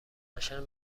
قشنگ